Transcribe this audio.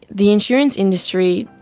the insurance industry,